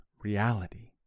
reality